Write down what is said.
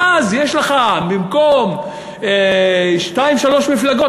ואז במקום שתיים-שלוש מפלגות,